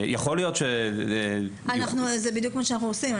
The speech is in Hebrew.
זה בדיוק מה שאנחנו עושים.